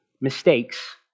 mistakes